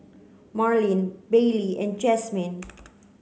Marleen Bailey and Jasmyne